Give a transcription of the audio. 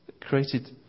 Created